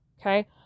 Okay